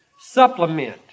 supplement